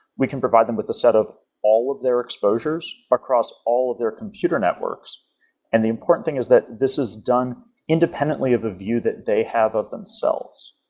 we can provide them with a set of all of their exposures across all of their computer networks and the important thing is that this is done independently of a view that they have of themselves.